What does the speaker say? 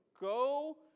Go